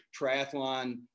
triathlon